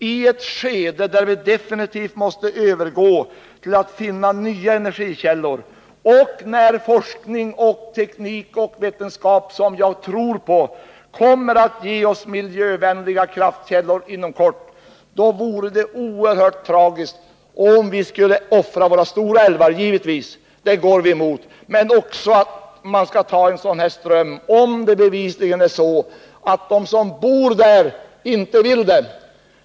I ett skede där vi definitivt måste övergå till att finna nya energikällor och där forskning, teknik och vetenskap, som jag tror på, inom kort kommer att ge oss miljövänliga kraftkällor vore det tragiskt om vi skulle offra våra stora älvar. Det vore också tragiskt att bygga ut en sådan ström som den nu aktuella, om det bevisligen är så att de som bor i närheten inte vill det.